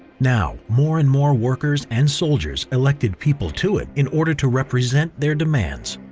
now, more and more workers and soldiers elected people to it in order to represent their demands.